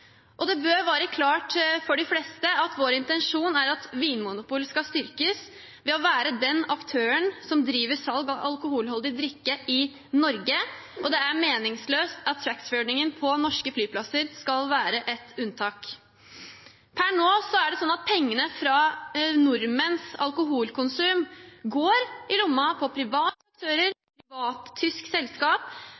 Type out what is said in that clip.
ordningen. Det bør være klart for de fleste at vår intensjon er at Vinmonopolet skal styrkes ved å være den aktøren som driver salg av alkoholholdig drikke i Norge. Det er meningsløst at taxfree-ordningen på norske flyplasser skal være et unntak. Per nå går pengene fra nordmenns alkoholkonsum i lommen til private aktører,